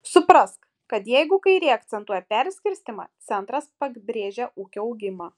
suprask kad jeigu kairė akcentuoja perskirstymą centras pabrėžia ūkio augimą